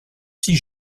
six